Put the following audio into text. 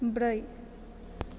ब्रै